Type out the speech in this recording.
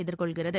எதிர்கொள்கிறது